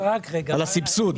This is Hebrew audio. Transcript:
על הסבסוד.